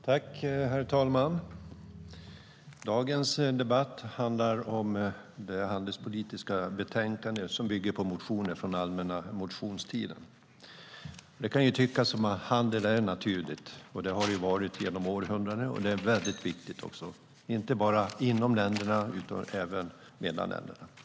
Herr talman! Dagens debatt handlar om det handelspolitiska betänkande som bygger på motioner från allmänna motionstiden. Det kan tyckas som att handel är något naturligt, och det har det varit genom århundradena. Det är väldigt viktigt inte bara inom länderna utan även mellan länderna.